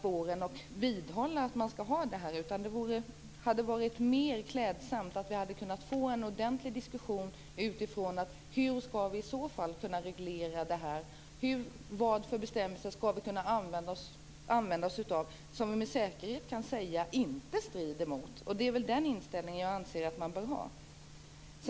Då bör man inte vidhålla att man skall ha förslaget. Det hade varit mer klädsamt om vi hade fått en ordentlig diskussion utifrån frågan hur vi i så fall skall kunna reglera det här. Vad för bestämmelser kan vi använda oss av som vi med säkerhet kan säga inte strider mot konventionen? Det är den inställningen jag anser att man bör ha.